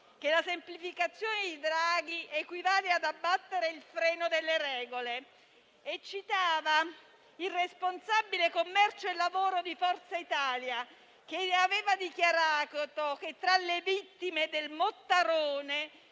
che la semplificazione di Draghi equivale ad abbattere il freno delle regole, citando il responsabile commercio e lavoro di Forza Italia, che aveva dichiarato che tra le vittime del Mottarone